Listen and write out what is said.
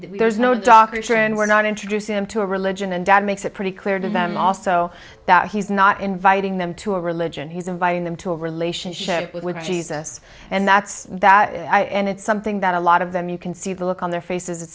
doctrine we're not introduce them to a religion and that makes it pretty clear to them also that he's not inviting them to a religion he's inviting them to a relationship with jesus and that's that i and it's something that a lot of them you can see the look on their faces it's